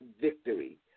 victory